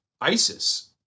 ISIS